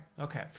okay